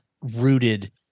rooted